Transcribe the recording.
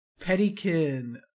pettykin